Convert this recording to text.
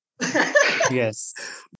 Yes